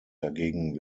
dagegen